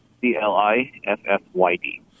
C-L-I-F-F-Y-D